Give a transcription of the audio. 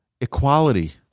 equality